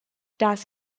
das